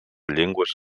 llengües